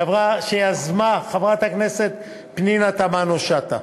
שיזמה חברת הכנסת פנינה תמנו-שטה.